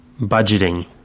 budgeting